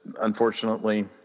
Unfortunately